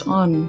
on